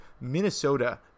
Minnesota